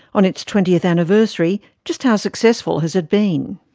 on its twentieth anniversary, just how successful has it been?